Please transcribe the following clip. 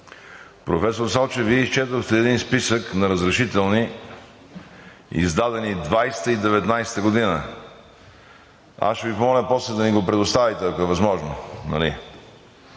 Професор Салчев, Вие изчетохте един списък на разрешителни, издадени 2020 г. и 2019 г. Ще Ви помоля после да ни го предоставите, ако е възможно.